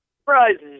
surprises